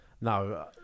No